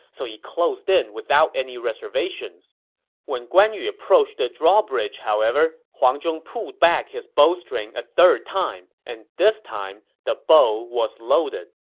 so he closed in without any reservations when guan yu approached the drawbridge, however, huang zhong pulled back his bowstring a third time, and this time, the bow was loaded.